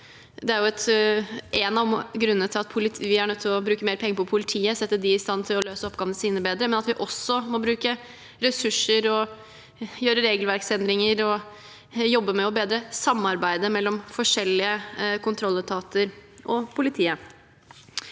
det er en av grunnene til at vi er nødt til å bruke mer penger på politiet, sette dem i stand til å løse oppgavene sine bedre, og at vi også må bruke ressurser, gjøre regelverksendringer og jobbe med å bedre samarbeidet mellom forskjellige kontrolletater og politiet.